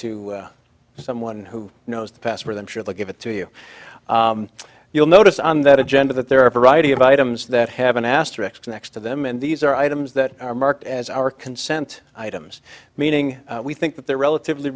to someone who knows the pastor then sure they'll give it to you you'll notice on that agenda that there are a variety of items that have an asterisk next to them and these are items that are marked as our consent items meaning we think that they're relatively